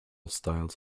styles